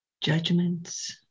judgments